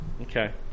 Okay